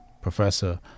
Professor